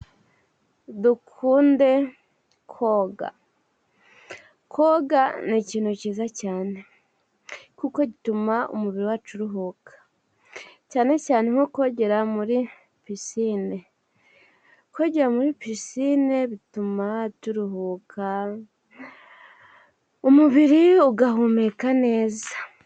Dukunde koga, koga ni ikintu cyiza cyane kuko gituma umubiri wacu uruhuka, cyane cyane nko kogera muri pisine, kogera muri pisine bituma turuhuka, umubiri ugahumeka neza.